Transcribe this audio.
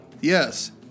Yes